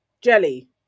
jelly